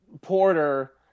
porter